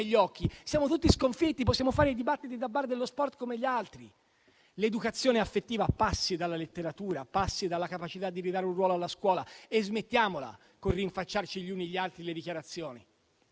negli occhi, siamo tutti sconfitti, possiamo fare i dibattiti da bar dello sport come gli altri. L'educazione affettiva passi dalla letteratura, passi dalla capacità di ridare un ruolo alla scuola e smettiamola con il rinfacciarci gli uni agli altri le dichiarazioni.